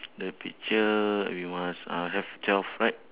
the picture we must uh have twelve right